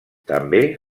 també